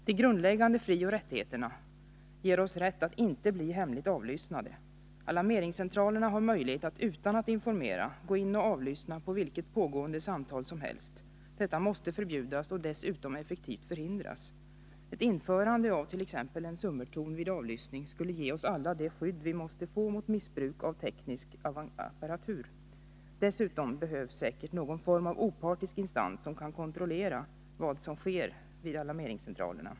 De grundläggande frioch rättigheterna ger oss rätt att inte bli hemligt avlyssnade. Alarmeringscentralerna har möjlighet att utan att informera gå in och avlyssna vilket pågående samtal som helst. Detta måste förbjudas och dessutom effektivt förhindras. Ett införande av t.ex. en summerton vid avlyssning skulle ge oss alla det skydd vi måste få mot missbruk av teknisk apparatur. Dessutom behövs säkert någon form av opartisk instans som kan kontrollera vad som sker vid alarmeringscentralerna.